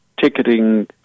ticketing